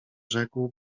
rzekł